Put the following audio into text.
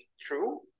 true